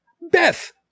Beth